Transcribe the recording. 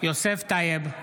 יוסף טייב,